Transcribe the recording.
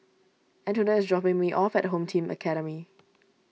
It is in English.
Antonette is dropping me off at Home Team Academy